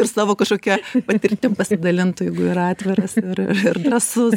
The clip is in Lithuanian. ir savo kažkokia patirtim pasidalintų jeigu yra atviras ir ir drąsus